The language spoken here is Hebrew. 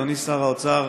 אדוני שר האוצר,